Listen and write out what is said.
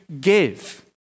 give